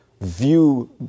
view